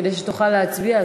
כדי שתוכל להצביע,